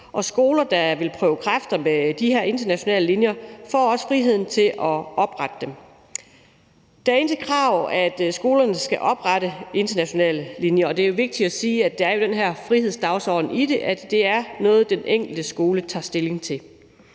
skoler, der vil prøve kræfter med de her internationale linjer, får friheden til at oprette dem. Det er intet krav, at skolerne skal oprette internationale linjer, og det er vigtigt at sige, at der jo er den her frihedsdagsorden i det, at det er noget, den enkelte skole tager stilling til.